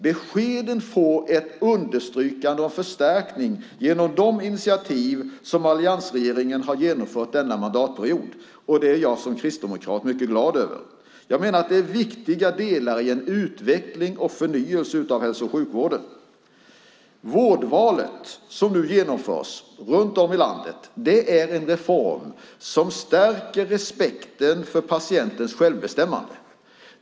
Beskeden understryks och förstärks genom de initiativ som alliansregeringen har genomfört denna mandatperiod. Det är jag som kristdemokrat mycket glad över. Det är viktiga delar i en utveckling och förnyelse av hälso och sjukvården. Det vårdval som nu genomförs runt om i landet är en reform som stärker respekten för patientens självbestämmande.